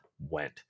went